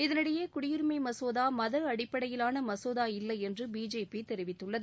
இதனிடையே குடியுரிமை மசோதா மதம் அடிப்படையிலான மசோதா இல்லை என்று பிஜேபி தெரிவித்துள்ளது